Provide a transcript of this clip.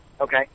Okay